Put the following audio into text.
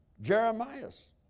Jeremiah's